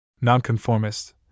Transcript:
nonconformist